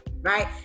right